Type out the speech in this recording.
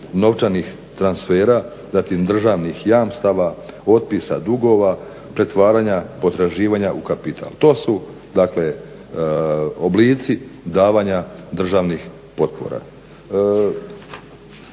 novčanih transfera zatim državnih jamstava, otpisa dugova, pretvaranja potraživanja u kapital. To su dakle oblici davanja državnih potpora.